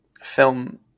film